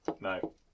no